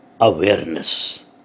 awareness